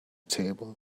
table